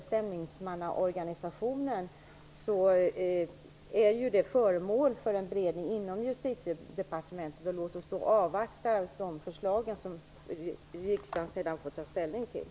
Stämningsmannaorganisationen är ju föremål för en beredning inom Justitiedepartementet. Låt oss avvakta de förslag som riksdagen får att ta ställning till.